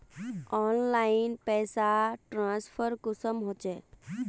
Online पैसा transfer कुंसम होचे?